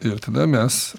ir tada mes